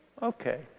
Okay